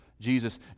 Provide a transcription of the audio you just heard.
Jesus